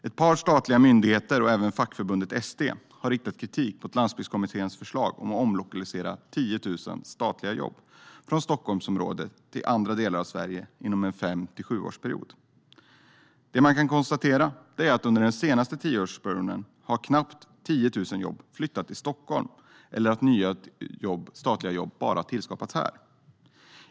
Ett par statliga myndigheter och även fackförbundet ST har riktat kritik mot Landsbygdskommitténs förslag att omlokalisera 10 000 statliga jobb från Stockholmsområdet till andra delar av Sverige inom en period på fem till sju år. Det man kan konstatera är att under den senaste tioårsperioden har knappt 10 000 jobb flyttat till Stockholm eller nya statliga jobb bara tillskapats här.